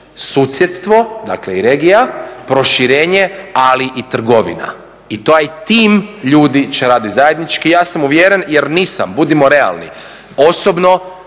susjedstvo, dakle i regija, proširenje ali i trgovina. I taj tim ljudi će raditi zajednički. Ja sam uvjeren, jer nisam, budimo realni osobno